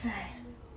!aiyo!